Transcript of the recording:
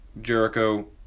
Jericho